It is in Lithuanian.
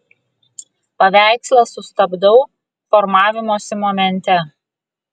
paveikslą sustabdau formavimosi momente